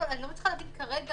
אבל אני לא מצליחה להבין כרגע,